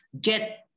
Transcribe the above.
get